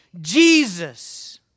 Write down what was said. Jesus